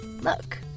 Look